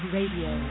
Radio